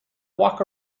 walk